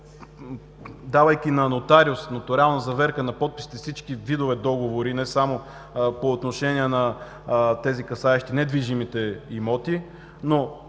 давайки на нотариус, нотариална заверка на подписите на всички видове договори не само по отношение на касаещите недвижимите имоти, но,